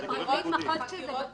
זה פרקליט מחוז כשזה בפרקליטות.